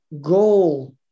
goal